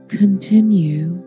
continue